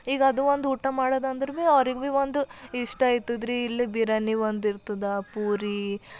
ಈಗ ಅದೊಂದು ಊಟ ಮಾಡೋದು ಅಂದರೆ ಭೀ ಅವ್ರಿಗೆ ಭೀ ಒಂದು ಇಷ್ಟ ಆಯ್ತದ್ರಿ ಇಲ್ಲಿ ಬಿರಿಯಾನಿ ಒಂದು ಇರ್ತದ ಪೂರಿ